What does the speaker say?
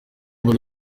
buri